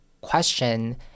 question